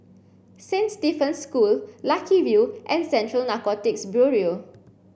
Saint Stephen's School Lucky View and Central Narcotics Bureau